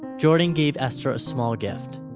jordan gave esther a small gift.